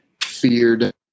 feared